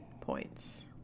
points